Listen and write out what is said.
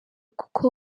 kuko